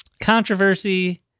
Controversy